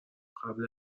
قبل